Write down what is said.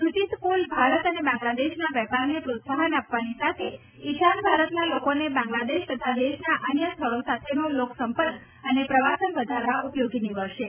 સૂચિત પુલ ભારત અને બાંગ્લાદેશના વેપારને પ્રોત્સાહન આપવાની સાથે સાથે ઈશાન ભારતના લોકોનો બાંગ્લાદેશ તથા દેશના અન્ય સ્થળો સાથેનો લોકસંપર્ક અને પ્રવાસન વધારવા ઉપયોગી નીવડશે